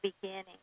beginning